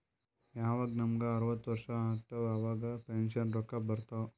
ಯವಾಗ್ ನಮುಗ ಅರ್ವತ್ ವರ್ಷ ಆತ್ತವ್ ಅವಾಗ್ ಪೆನ್ಷನ್ ರೊಕ್ಕಾ ಬರ್ತಾವ್